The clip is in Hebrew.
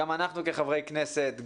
גם אנחנו כחברי כנסת,